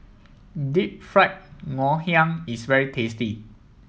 Deep Fried Ngoh Hiang is very tasty